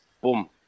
boom